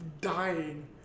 dying